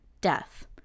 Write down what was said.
death